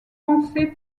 pensé